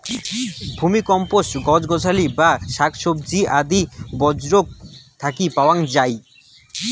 vermicompost গছ গছালি বা শাকসবজি আদি বর্জ্যক থাকি পাওয়াং যাই